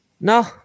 No